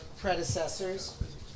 predecessors